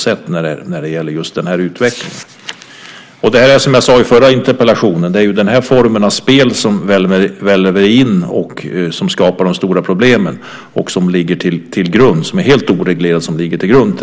Som jag sade i den förra interpellationsdebatten är det den här formen av oreglerat spel som väller in som ligger till grund för de stora problemen.